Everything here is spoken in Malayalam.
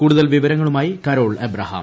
കൂടുതൽ വിവരങ്ങളുമായി കരോൾ അബ്രഹാം